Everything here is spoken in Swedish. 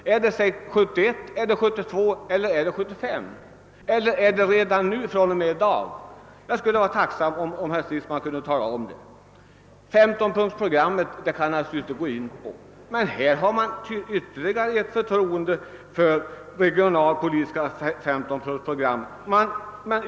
Avser det 1971, 1972 eller 1975, eller gäller det redan fr.o.m. i dag. Jag skulle vara tacksam om herr Stridsman kunde tala om detta. 15-punktersprogrammet kan jag naturligtvis inte gå in på, men man hyser stort förtroende för det av centerpartiet antagna regionalpolitiska 15-punktersprogrammet.